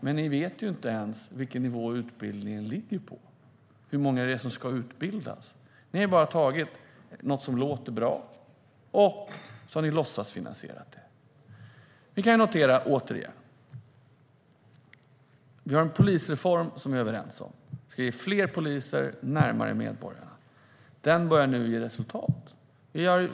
Men ni vet ju inte ens vilken nivå som utbildningen ligger på, hur många det är som ska utbildas. Ni har bara valt något som låter bra och sedan har ni låtsasfinansierat det. Jag noterar återigen att vi har en polisreform som vi är överens om. Den ska ge fler poliser närmare medborgarna. Reformen börjar nu ge resultat.